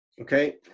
Okay